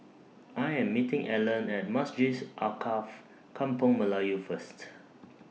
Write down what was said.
I Am meeting Alleen At Masjid Alkaff Kampung Melayu First